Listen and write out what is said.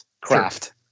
craft